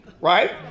right